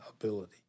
ability